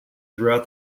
throughout